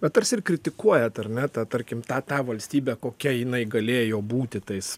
bet tarsi ir kritikuojat ar ne tą tarkim tą valstybę kokia jinai galėjo būti tais